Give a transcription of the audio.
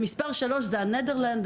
מספר 3 היא הולנד.